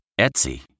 Etsy